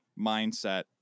mindset